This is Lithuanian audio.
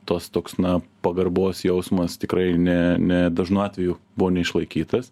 tas toks na pagarbos jausmas tikrai ne ne dažnu atveju buvo neišlaikytas